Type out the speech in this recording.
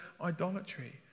idolatry